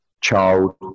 child